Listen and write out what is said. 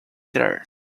there